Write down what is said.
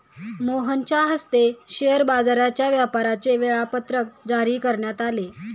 मोहनच्या हस्ते शेअर बाजाराच्या व्यापाराचे वेळापत्रक जारी करण्यात आले